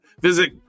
Visit